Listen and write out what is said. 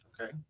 Okay